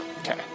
Okay